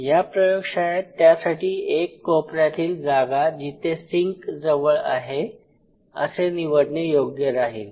या प्रयोगशाळेत त्यासाठी एक कोपऱ्यातील जागा जिथे सिंक जवळ आहे असे निवडणे योग्य राहील